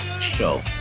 Show